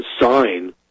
sign